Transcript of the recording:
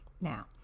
now